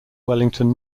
wellington